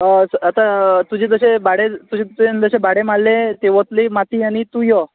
हय आतां तुजें जशें भाडें तुवें जशें भाडें मारलें ती वतली माथी आनी तूं यो